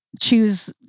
choose